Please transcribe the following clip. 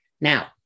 Now